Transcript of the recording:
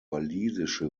walisische